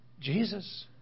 Jesus